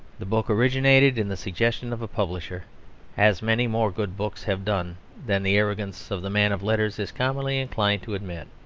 the book originated in the suggestion of a publisher as many more good books have done than the arrogance of the man of letters is commonly inclined to admit.